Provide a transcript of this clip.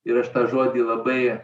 ir aš tą žodį labai